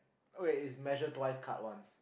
oh wait it's measure twice cut once